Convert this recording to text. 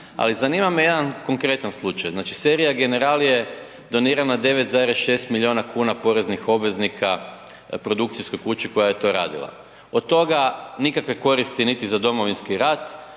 ali zanima je jedan konkretan slučaj, znači serija General je donirana 9,6 milijuna kuna poreznih obveznika produkcijskoj kući koja je to radila, od toga nikakve koristi niti za domovinski rat,